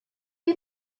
you